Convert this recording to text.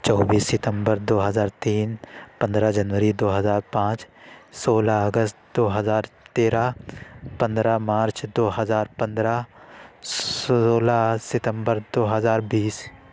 چوبیس ستمبر دو ہزار تین پندرہ جنوری دو ہزار پانچ سولہ اگست دو ہزار تیرہ پندرہ مارچ دو ہزار پندرہ سولہ ستمبر دو ہزار بیس